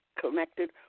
connected